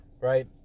right